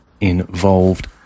involved